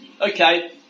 Okay